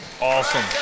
Awesome